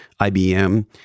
IBM